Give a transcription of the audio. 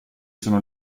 sono